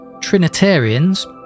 Trinitarians